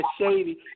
shady